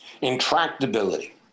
intractability